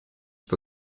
for